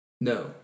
No